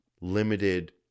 limited